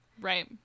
Right